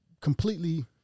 completely